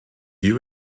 you